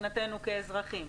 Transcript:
מבחינתנו כאזרחים.